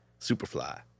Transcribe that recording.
Superfly